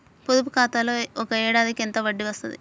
పొదుపు ఖాతాలో ఒక ఏడాదికి ఎంత వడ్డీ వస్తది?